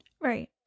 Right